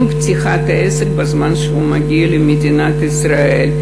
עם פתיחת העסק בזמן שהוא מגיע למדינת ישראל.